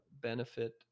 benefit